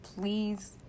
please